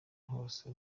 hose